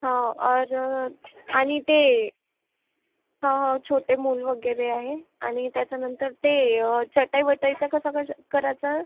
हो और आणि ते हो हो छोटे मूल वगैरे आहे आणि त्याच्यानंतर ते चटई वटईचं कसं करायचं